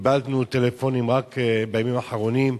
קיבלנו טלפונים, רק בימים האחרונים,